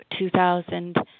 2000